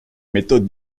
méthode